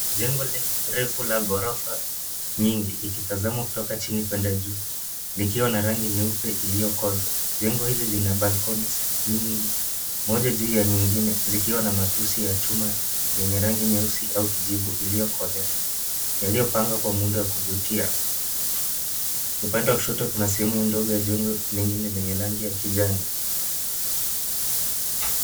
Majengo refu la ghorofa nyingi, ikitazama kutoka chini kuenda juu likiwa na rangi nyeupe iliyokoza. Jengo hili lina balkoni nyingi, moja juu ya nyingine zikiwa na matusi ya chuma yenye rangi nyeusi au kijivu iliyokolea, yaliyopanga kwa muundo wa kuvutia. Upande wa kushoto kuna sehemu ndogo ya jengo lingine lenye rangi ya kijani.